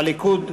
הליכוד,